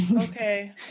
Okay